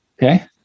Okay